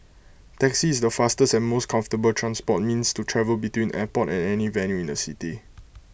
taxi is the fastest and most comfortable transport means to travel between airport and any venue in the city